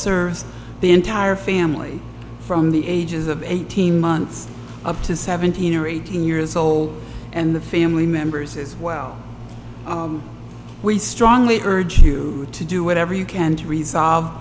serves the entire family from the ages of eighteen months up to seventeen or eighteen years old and the family members as well we strongly urge you to do whatever you can to resolve